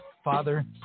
father